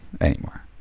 anymore